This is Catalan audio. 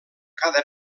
cada